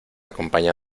acompaña